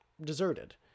deserted